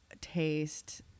taste